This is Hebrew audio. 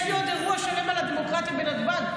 יש לי עוד אירוע שלם על הדמוקרטיה בנתב"ג.